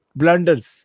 blunders